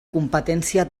competència